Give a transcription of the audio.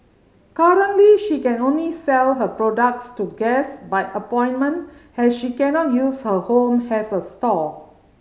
currently she can only sell her products to guests by appointment has she cannot use her home as a store